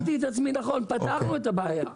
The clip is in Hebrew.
פתרנו את הבעיה.